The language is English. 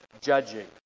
judging